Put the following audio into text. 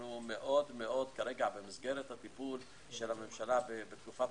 כרגע במסגרת הטיפול של הממשלה בתקופת